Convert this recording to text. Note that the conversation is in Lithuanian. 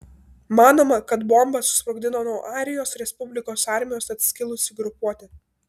manoma kad bombą susprogdino nuo airijos respublikos armijos atskilusi grupuotė